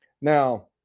Now